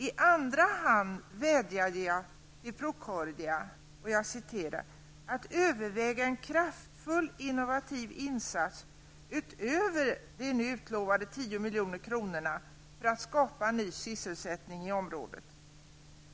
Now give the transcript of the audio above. I andra hand vädjade jag till Procordia ''att överväga en kraftfull innovativ insats utöver de nu utlovade 10 milj.kr. för att skapa ny sysselsättning i området.